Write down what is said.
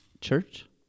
Church